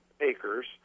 acres